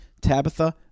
Tabitha